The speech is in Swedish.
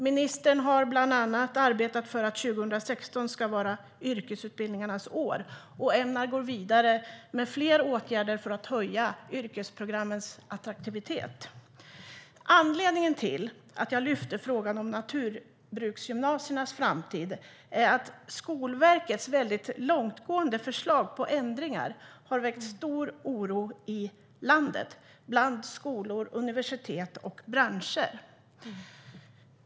Ministern har bland annat arbetat för att 2016 ska vara yrkesutbildningarnas år och ämnar gå vidare med fler åtgärder för att höja yrkesprogrammens attraktivitet. Anledningen till att jag ställde frågan om naturbruksgymnasiernas framtid är att Skolverkets väldigt långtgående förslag till ändringar har väckt stor oro i landet bland skolor, universitet och branscher.